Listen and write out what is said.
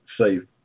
safe